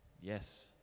Yes